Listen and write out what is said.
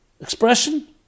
expression